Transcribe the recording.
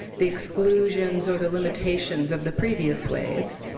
the exclusions, or the limitations of the previous waves,